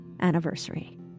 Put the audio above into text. anniversary